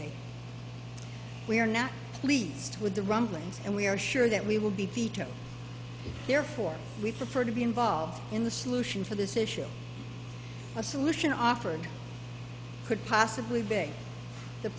be we are not pleased with the rumblings and we are sure that we will be vetoed therefore we prefer to be involved in the solution for this issue a solution offered could possibly be the